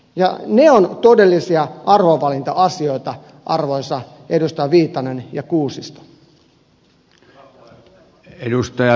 ja ne ovat todellisia arvovalinta asioita arvoisat edustajat viitanen ja kuusisto